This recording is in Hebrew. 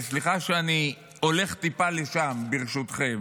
וסליחה שאני הולך טיפה לשם ברשותכם,